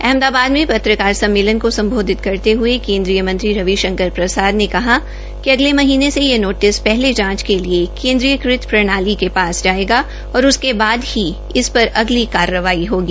अहमदाबाद में पत्रकार सम्मेलन को सम्बोधित करते हये केन्द्रीय मंत्री रविशंकर प्रसाद ने कहा कि अगले महीने ये नोटिस पहले जांच के लिए केन्द्रीय प्रणाली के पास जायेगा और उसके बाद ही इस पर अगली कार्रवाई होगी